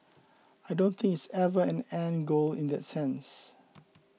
I don't think it's ever an end goal in that sense